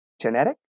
genetic